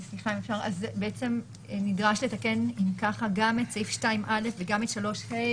אז נדרש לתקן אם כך גם את סעיף 2(א) וגם את 3(ה),